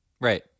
right